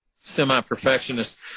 semi-perfectionist